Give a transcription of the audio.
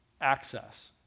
Access